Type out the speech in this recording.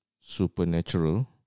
supernatural